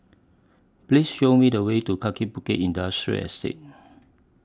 Please Show Me The Way to Kaki Bukit Industrial Estate